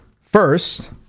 First